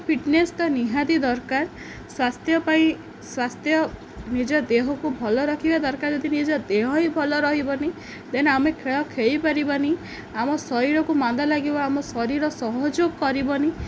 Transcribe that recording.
fitness ତ ନିହାତି ଦରକାର ସ୍ୱାସ୍ଥ୍ୟ ପାଇଁ ସ୍ୱାସ୍ଥ୍ୟ ନିଜ ଦେହକୁ ଭଲ ରଖିବା ଦରକାର ଯଦି ନିଜ ଦେହ ହିଁ ଭଲ ରହିବନି ଦେନ୍ ଆମେ ଖେଳ ଖେଳିପାରିବନି ଆମ ଶରୀରକୁ ମାନ୍ଦ ଲାଗିବ ଆମ ଶରୀର ସହଯୋଗ କରିବନି